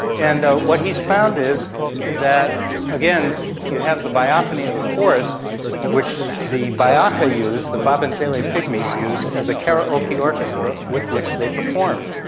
and what he has found is that, again, you have the biophony of the forest which the ba'aka use, the babenzele pygmies use as a karaoke orchestra with which they perform.